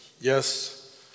Yes